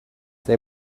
they